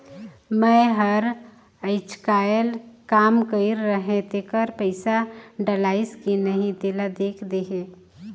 मै हर अईचकायल काम कइर रहें तेकर पइसा डलाईस कि नहीं तेला देख देहे?